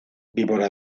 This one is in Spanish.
víbora